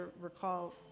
recall